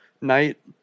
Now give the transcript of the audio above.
night